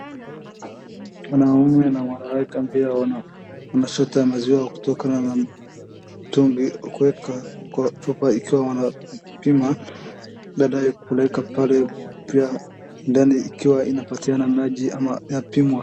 Mwanaume na mwanamke wnaweka mpira wanachota maziwa kutoka na mitungi kuweka kwa chupa ikiwa wanapima baadaye kupelekwa pale ndani ikiwa inapatiana maji ama yapimwa.